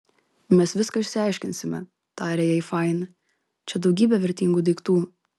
mes viską išsiaiškinsime tarė jai fain čia daugybė vertingų daiktų